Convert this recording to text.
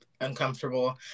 uncomfortable